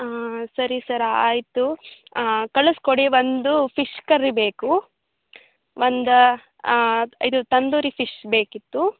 ಸರಿ ಸರ್ ಆಯಿತು ಕಳಿಸ್ಕೊಡಿ ಒಂದು ಫಿಶ್ ಕರ್ರಿ ಬೇಕು ಒಂದು ಇದು ತಂದೂರಿ ಫಿಶ್ ಬೇಕಿತ್ತು